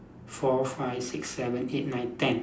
four five six seven eight nine ten